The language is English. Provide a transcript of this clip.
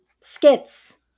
skits